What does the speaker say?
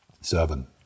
seven